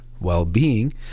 well-being